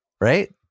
right